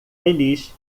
feliz